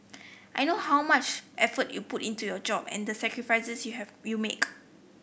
I know how much effort you put into your job and the sacrifices you have you make